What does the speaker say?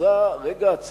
תזוזה הצדה, רגע של